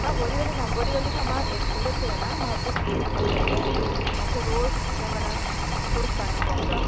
मां बोरीवली न बोरीवली खां मां सूरत थी वञां मां हुते सीए जो कमु कंदी आहियां न मूंखे रोज़ु अचणु वञणु रोज़ु करणो पवंदो आहे